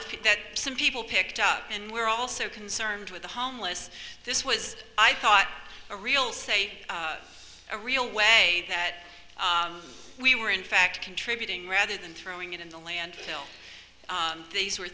people that some people picked up and were also concerned with the homeless this was i thought a real say a real way that we were in fact contributing rather than throwing it in the landfill these were